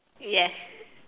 yes